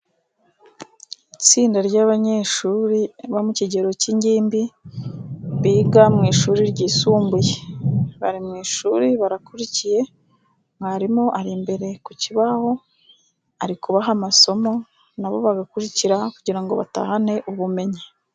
Itsinda ry'abanyeshuri bo mu kigero cy'ingimbi biga mu ishuri ryisumbuye, bari mu ishuri barakurikiye, mwarimu ari imbere ku kibaho ari kubaha amasomo, na bo bagakurikira kugira ngo batahane ubumenyi.